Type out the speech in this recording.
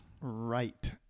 Right